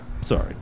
sorry